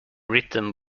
written